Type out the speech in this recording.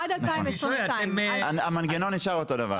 עד 2022. המנגנון נשאר אותו הדבר.